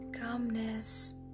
calmness